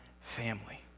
family